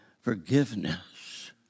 forgiveness